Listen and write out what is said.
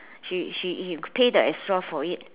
she she pay the extra for it